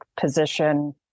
position